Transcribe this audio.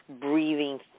breathing